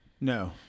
No